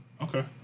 okay